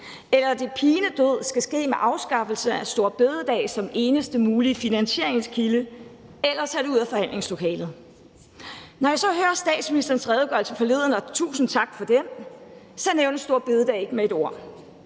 eller at det pinedød skal ske med afskaffelse af store bededag som eneste mulige finansieringskilde, for ellers er det ud af forhandlingslokalet? Da jeg så hørte statsministerens redegørelse forleden – og tusind tak for den – blev store bededag ikke nævnt med et ord.